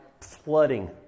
flooding